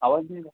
आवज नाही आला